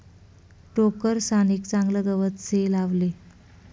टोकरसान एक चागलं गवत से लावले